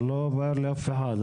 אבל לא בוער לאף אחד אחר.